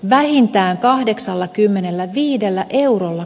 vähintään kahdeksallakymmenelläviidellä eurolla